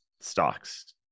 stocks